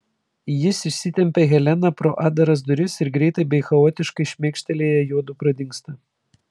jis išsitempia heleną pro atdaras duris ir greitai bei chaotiškai šmėkštelėję juodu pradingsta